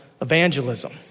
evangelism